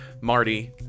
Marty